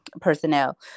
personnel